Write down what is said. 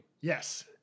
Yes